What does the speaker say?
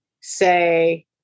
say